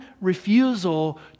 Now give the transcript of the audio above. refusal